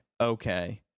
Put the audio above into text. Okay